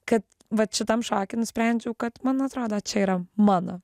kad vat šitam šoky nusprendžiau kad man atrodo čia yra mano